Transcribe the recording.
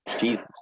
Jesus